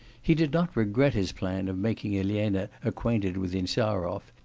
he did not regret his plan of making elena acquainted with insarov,